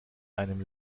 einem